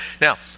Now